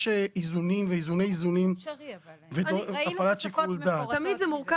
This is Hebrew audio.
איזונים ואיזוני איזונים והפעלת שיקול דעת.